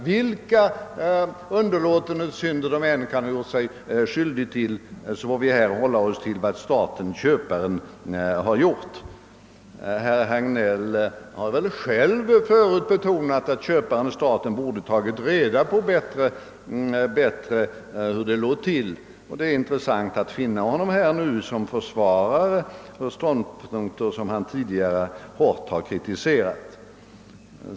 Vilka underlåtenhetssynder de än kan ha gjort sig skyldiga till, får vi här hålla oss till vad staten-köparen gjort. Herr Hagnell har själv förut betonat att staten-köparen bättre borde tagit reda på hur saken låg till. Det är intressant att nu finna herr Hagnell som försvarare av något som han tidigare hårt kritiserat.